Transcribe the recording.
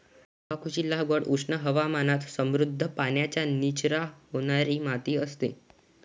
तंबाखूची लागवड उष्ण हवामानात समृद्ध, पाण्याचा निचरा होणारी माती असते